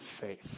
faith